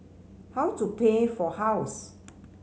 how to pay for house